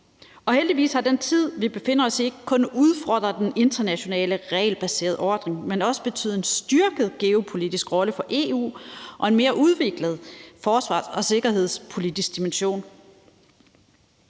Og heldigvis har den tid, vi befinder os i, ikke kun udfordret den internationale regelbaserede orden, men også betydet en styrket geopolitisk rolle for EU og en mere udviklet forsvars- og sikkerhedspolitisk dimension.